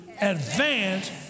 advance